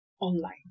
online